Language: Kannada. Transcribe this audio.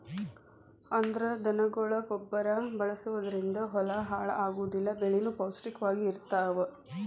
ಅಂದ್ರ ದನಗೊಳ ಗೊಬ್ಬರಾ ಬಳಸುದರಿಂದ ಹೊಲಾ ಹಾಳ ಆಗುದಿಲ್ಲಾ ಬೆಳಿನು ಪೌಷ್ಟಿಕ ವಾಗಿ ಇರತಾವ